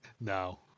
No